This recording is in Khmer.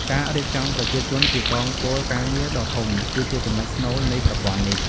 ការរៀបចំប្រជាជនជាកងពលការងារដ៏ធំគឺជាចំណុចស្នូលនៃប្រព័ន្ធនេះ។